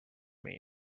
mean